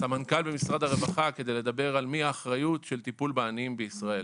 סמנכ"ל במשרד הרווחה כדי לדבר על מי האחריות של טיפול בעניים בישראל.